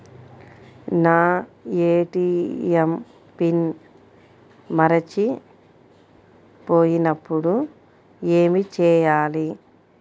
నా ATM PIN మర్చిపోయినప్పుడు ఏమి చేయాలి?